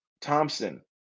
Thompson